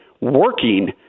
working